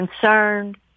concerned